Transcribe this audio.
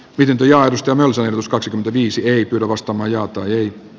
pisintä ja ystävälliseen ns kaksikymmentäviisi ei pidä vastamajaa tai